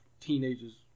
teenagers